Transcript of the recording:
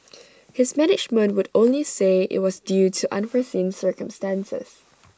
his management would only say IT was due to unforeseen circumstances